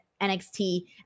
NXT